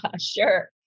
Sure